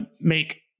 make